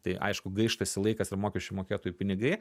tai aišku gaištasi laikas ir mokesčių mokėtojų pinigai